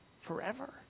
forever